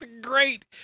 Great